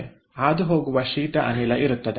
ಇಲ್ಲಿ ಹಾದುಹೋಗುವ ಶೀತ ಅನಿಲ ಇರುತ್ತದೆ